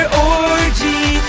orgy